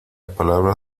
palabra